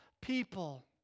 people